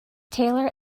taylor